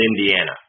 Indiana